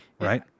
right